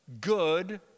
good